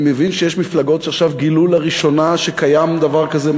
אני מבין שיש מפלגות שעכשיו גילו לראשונה שקיים דבר כזה,